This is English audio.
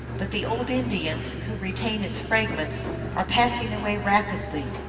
but the old indians who re tain its fragments are passing away rapidly,